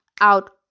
out